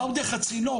הם באו דרך הצינור.